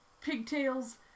pigtails